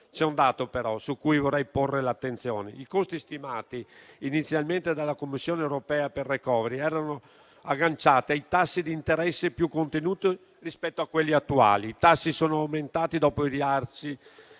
C'è un dato però su cui vorrei porre l'attenzione. I costi stimati inizialmente dalla Commissione europea per il *recovery* erano agganciati a tassi di interesse più contenuti rispetto a quelli attuali, ma i tassi sono aumentati dopo i rialzi